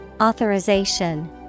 Authorization